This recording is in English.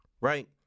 right